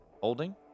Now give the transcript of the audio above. Holding